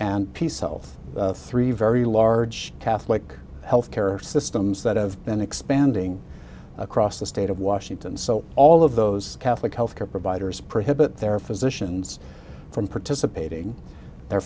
and peace elph three very large catholic health care systems that have been expanding across the state of washington so all of those catholic health care providers prohibit their physicians from participating the